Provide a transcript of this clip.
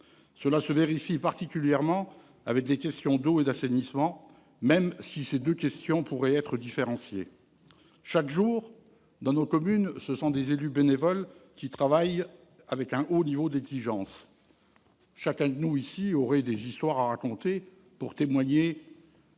Cela se vérifie particulièrement pour les questions d'eau et d'assainissement, même si ces deux questions pourraient être différenciées. Chaque jour, dans nos communes, des élus travaillent bénévolement et avec un haut niveau d'exigence. Chacun de nous aurait des histoires à raconter pour témoigner